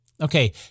Okay